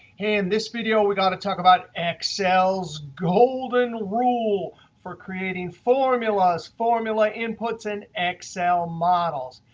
and this video, we're going to talk about excel's golden rule for creating formulas, formula inputs, and excel models.